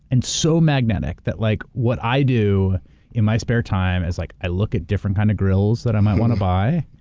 and so magnetic that like what i do in my spare time is like i look at different kind of grills that i might want to buy.